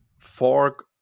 fork